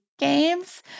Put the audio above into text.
Games